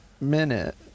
minute